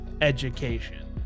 education